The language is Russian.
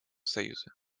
союза